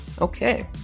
okay